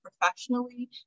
professionally